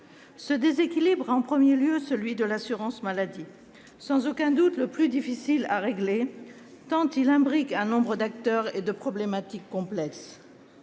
Ce déséquilibre, en premier lieu, est celui de l'assurance maladie. Il est sans aucun doute le plus difficile à régler tant il imbrique un nombre d'acteurs et de problématiques complexes.